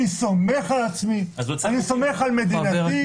אני סומך על עצמי, אני סומך על מדינתי.